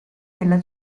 della